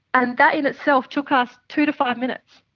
and that in itself took us two to five minutes,